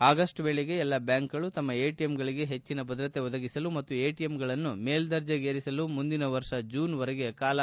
August ವೇಳೆಗೆ ಎಲ್ಲ ಬ್ಯಾಂಕ್ಗಳು ತಮ್ನ ಎಟಿಎಂಗಳಿಗೆ ಹೆಚ್ಚಿನ ಭದ್ರತೆ ಒದಗಿಸಲು ಮತ್ತು ಎಟಿಎಂಗಳನ್ನು ಮೇಲ್ದರ್ಜೆಗೇರಿಸಲು ಮುಂದಿನ ವರ್ಷ ಜೂನ್ ವರೆಗೆ ಕಾಲಾವಕಾಶ ನೀಡಿದೆ